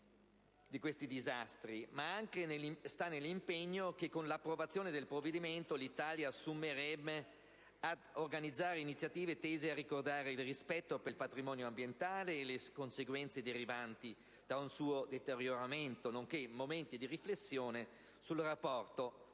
ed ambientali, ma anche nell'impegno che, con l'approvazione del provvedimento, l'Italia assumerebbe a organizzare iniziative tese a ricordare il rispetto per il patrimonio ambientale e le conseguenze derivanti da un suo deterioramento, nonché momenti di riflessione sul rapporto